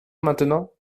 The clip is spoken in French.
maintenant